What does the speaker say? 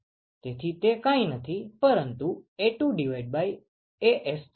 તેથી તે કાંઈ નથી પરંતુ A2AS છે